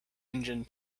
engine